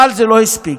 אבל זה לא הספיק,